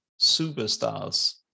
superstars